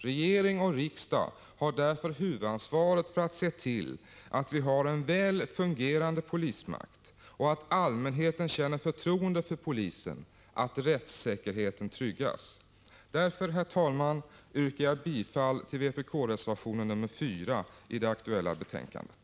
Regering och riksdag har därför huvudansvaret för att se till att vi har en väl fungerande polismakt, att allmänheten känner förtroende för polisen, att rättssäkerheten tryggas. Därför, herr talman, yrkar jag bifall till vpk-reservation nr 4 i det aktuella betänkandet.